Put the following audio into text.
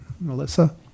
Melissa